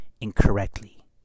incorrectly